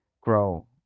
grow